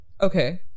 Okay